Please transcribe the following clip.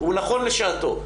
הוא נכון לשעתו.